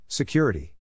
Security